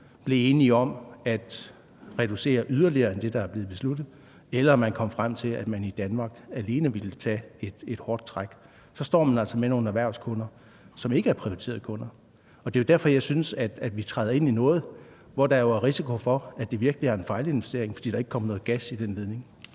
blive enige i EU om at reducere yderligere end det, der er blevet besluttet, eller om man kommer frem til, at man i Danmark alene vil tage et hårdt træk. Så står man altså med nogle erhvervskunder, som ikke er prioriterede kunder, og jeg synes, at vi træder ind i noget, hvor der er risiko for, at det virkelig er en fejlinvestering, fordi der ikke kommer noget gas i den ledning.